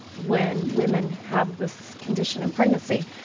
when women have this condition in pregnancy,